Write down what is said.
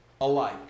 Alike